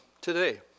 today